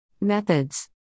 Methods